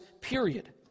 period